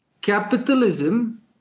capitalism